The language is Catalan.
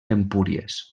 empúries